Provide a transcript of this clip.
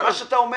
מה אתה אומר